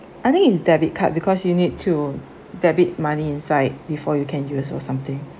I think it's debit card because you need to debit money inside before you can use or something